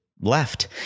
left